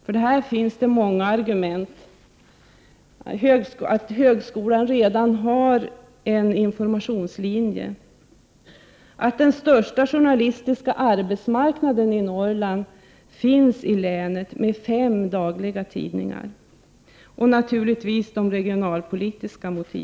För detta finns många argument, bl.a. att högskolan redan har en informationslinje och att den största journalistiska arbetsmarknaden i Norrland finns i länet, som har fem dagstidningar, och naturligtvis de regionalpolitiska motiven.